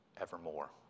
evermore